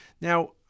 Now